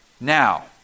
Now